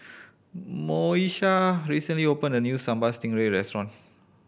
Moesha recently opened a new Sambal Stingray restaurant